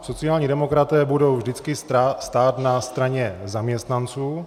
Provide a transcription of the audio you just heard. Sociální demokraté budou vždycky stát na straně zaměstnanců.